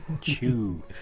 Chew